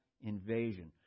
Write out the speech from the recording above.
invasion